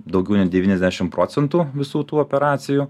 daugiau nei devyniasdešim procentų visų tų operacijų